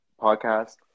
podcast